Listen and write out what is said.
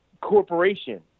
corporation